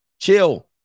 Chill